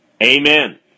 Amen